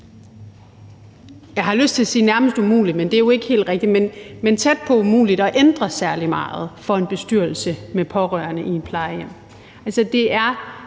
jeg har lyst til at sige nærmest umuligt, men det er jo ikke helt rigtigt – men tæt på umuligt at ændre særlig meget for en bestyrelse med pårørende i et plejehjem.